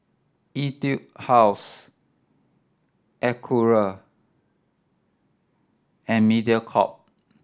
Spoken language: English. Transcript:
Etude House Acura and Mediacorp